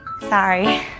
Sorry